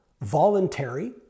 voluntary